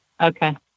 Okay